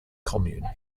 commune